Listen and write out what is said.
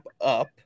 up